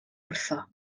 wrtho